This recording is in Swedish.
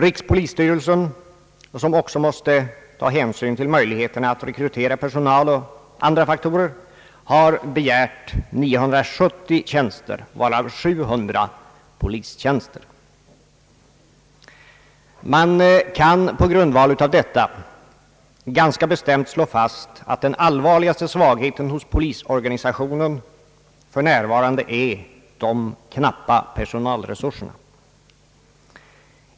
Rikspolisstyrelsen, som också måste ta hänsyn till möjligheterna att rekrytera personal och till andra faktorer, har begärt 970 tjänster, varav 700 polistjänster. Man kan på grundval av detta ganska bestämt slå fast, att den allvarligaste svagheten hos polisorganisationen f.n. är de knappa personalresurserna.